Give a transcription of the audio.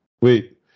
Wait